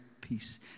peace